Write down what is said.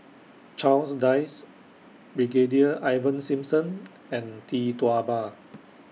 Charles Dyce Brigadier Ivan Simson and Tee Tua Ba